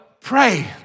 pray